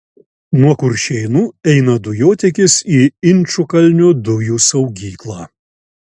nuo kuršėnų eina dujotiekis į inčukalnio dujų saugyklą